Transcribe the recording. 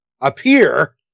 appear